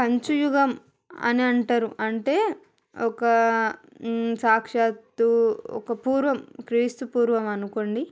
కంచు యుగం అని అంటారు అంటే ఒక సాక్షాత్తు ఒక పూర్వం క్రీస్తుపూర్వం అనుకొండి